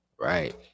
right